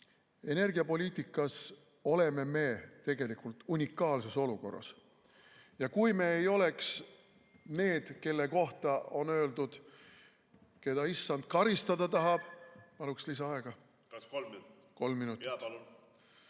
Energiapoliitikas oleme me tegelikult unikaalses olukorras. Kui me ei oleks need, kelle kohta on öeldud, et keda issand karistada tahab ... Paluks lisaaega. Kas kolm minutit? Kolm minutit. Jaa, palun!